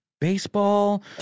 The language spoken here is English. baseball